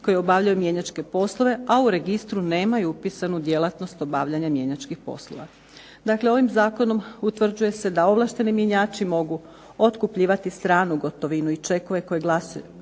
koji obavljaju mjenjačke poslove, a u registru nemaju upisanu djelatnost obavljanja mjenjačkih poslova. Dakle, ovim zakonom utvrđuje se da ovlašteni mjenjači mogu otkupljivati stranu gotovinu i čekove koji glase